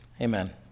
Amen